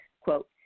quote